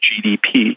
GDP